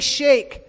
shake